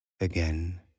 again